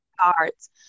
cards